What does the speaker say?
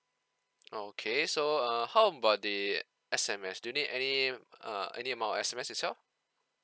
oh okay so uh how about the S_M_S do you need any err any amount of S_M_S itself